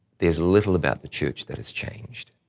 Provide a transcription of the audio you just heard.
there's little about the church that has changed.